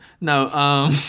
No